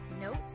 notes